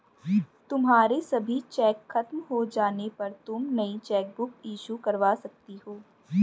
तुम्हारे सभी चेक खत्म हो जाने पर तुम नई चेकबुक इशू करवा सकती हो